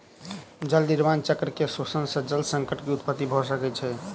जल निर्माण चक्र के शोषण सॅ जल संकट के उत्पत्ति भ सकै छै